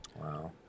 Wow